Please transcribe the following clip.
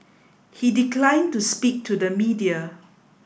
he declined to speak to the media